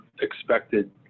expected